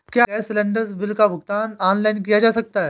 क्या gas cylinder bill का भुगतान ऑनलाइन किया जा सकता है?